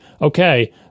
okay